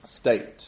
state